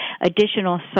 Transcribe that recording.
additional